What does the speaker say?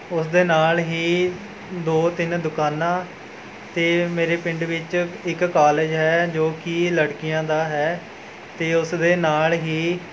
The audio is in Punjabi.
ਉਸਦੇ ਨਾਲ ਹੀ ਦੋ ਤਿੰਨ ਦੁਕਾਨਾਂ ਅਤੇ ਮੇਰੇ ਪਿੰਡ ਵਿੱਚ ਇੱਕ ਕਾਲਜ ਹੈ ਜੋ ਕਿ ਲੜਕੀਆਂ ਦਾ ਹੈ ਅਤੇ ਉਸਦੇ ਨਾਲ ਹੀ